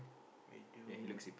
radio